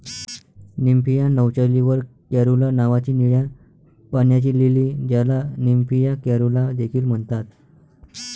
Nymphaea nouchali वर caerulea नावाची निळ्या पाण्याची लिली, ज्याला निम्फिया कॅरुला देखील म्हणतात